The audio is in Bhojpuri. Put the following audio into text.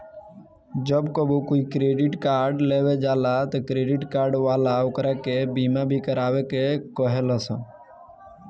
जब कबो कोई क्रेडिट कार्ड लेवे जाला त क्रेडिट कार्ड वाला ओकरा के बीमा भी करावे के कहे लसन